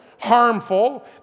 harmful